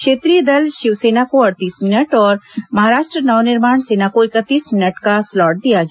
क्षेत्रीय दल शिव सेना को अड़तीस मिनट और महाराष्ट्र नवनिर्माण सेना को इकतीस मिनट का स्लॉट दिया गया